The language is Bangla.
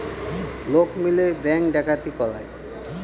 লোক মিলে ব্যাঙ্ক ডাকাতি করায়